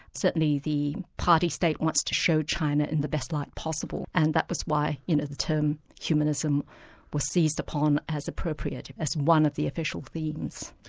certainly the party-state wants to show china in the best light possible, and that was why the term humanism was seized upon as appropriate, as one of the official themes.